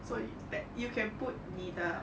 so that you can put 你的